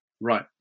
Right